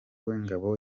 w’ingabo